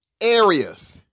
areas